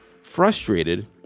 frustrated